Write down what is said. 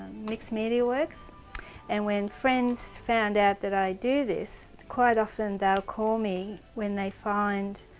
mix media works and when friends found out that i do this quite often they'll call me when they find